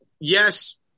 yes